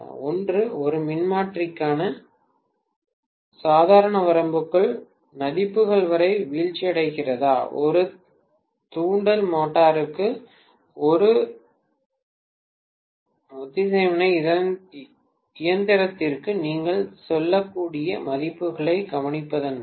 ஒன்று ஒரு மின்மாற்றிக்கான சாதாரண வரம்பிற்குள் மதிப்புகள் வகை வீழ்ச்சியடைகிறதா ஒரு தூண்டல் மோட்டருக்கு ஒரு ஒத்திசைவான இயந்திரத்திற்கு நீங்கள் சொல்லக்கூடிய மதிப்புகளைக் கவனிப்பதன் மூலம்